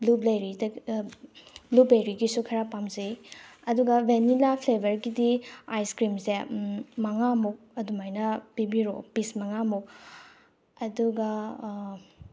ꯕ꯭ꯂꯨꯕꯂꯦꯔꯤꯗ ꯕ꯭ꯂꯨꯕꯦꯔꯤꯒꯤꯁꯨ ꯈꯔ ꯄꯥꯝꯖꯩ ꯑꯗꯨꯒ ꯕꯦꯅꯤꯂꯥ ꯐ꯭ꯂꯦꯕꯔꯒꯤꯗꯤ ꯑꯥꯏꯁ ꯀ꯭ꯔꯤꯝꯁꯦ ꯃꯉꯥꯃꯨꯛ ꯑꯗꯨꯃꯥꯏꯅ ꯄꯤꯕꯤꯔꯛꯑꯣ ꯄꯤꯁ ꯃꯉꯥꯃꯨꯛ ꯑꯗꯨꯒ